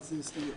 נכון.